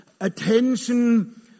attention